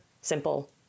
simple